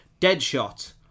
Deadshot